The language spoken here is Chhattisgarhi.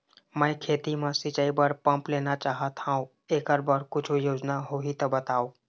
मैं खेती म सिचाई बर पंप लेना चाहत हाव, एकर बर कुछू योजना होही त बताव?